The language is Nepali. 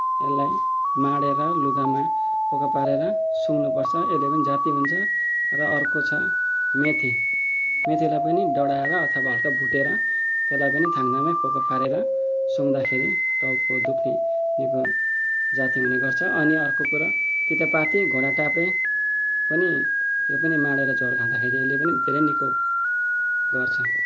यसलाई माढे्र लुगामा पोको पारेर सुँघ्नुपर्छ यसले पनि जाती हुन्छ र अर्को छ मेथी मेथीलाई पनि डढाएर अथवा हल्का भुटेर त्यसलाई पनि थाङ्नामै पोको पारेर सुँघ्दाखेरि टाउको दुख्ने निको जाती हुनेगर्छ अनि अर्को कुरा तितेपाती घोडटाप्रे पनि यो पनि माढे्र झोल खाँदाखेरि यो पनि धेरै निको गर्छ